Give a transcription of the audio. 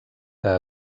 que